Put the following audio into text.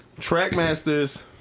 Trackmasters